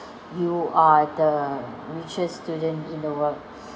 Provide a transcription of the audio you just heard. you are the richest student in the world